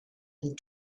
and